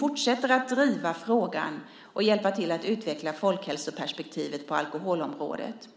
fortsätter att driva frågan och fortsätter att hjälpa till att utveckla folkhälsoperspektivet på alkoholområdet.